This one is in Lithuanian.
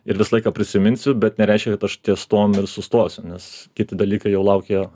ir visą laiką prisiminsiu bet nereiškia kad aš ties tuom ir sustosiu nes kiti dalykai jau laukia